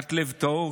כת "לב טהור",